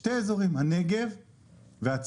שני אזורים הנגב והצפון.